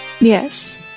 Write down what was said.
Yes